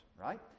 right